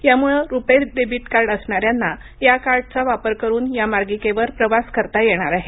यामुळं RuPay debit card असणाऱ्यांना या कार्डचा वापर करून या मार्गिकेवर प्रवास करता येणार आहे